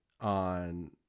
on